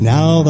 Now